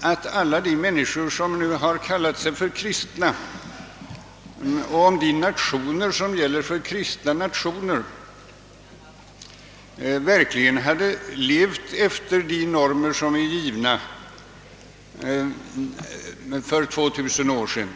att alla de människor som har kallat sig för kristna och att alla de nationer som gäller för kristna nationer verkligen hade levt efter de nor mer som är givna för 2000 år sedan.